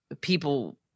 people